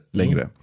längre